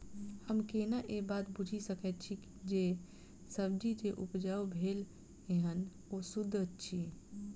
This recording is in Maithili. हम केना ए बात बुझी सकैत छी जे सब्जी जे उपजाउ भेल एहन ओ सुद्ध अछि?